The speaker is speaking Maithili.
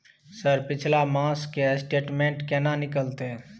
सर पिछला मास के स्टेटमेंट केना निकलते?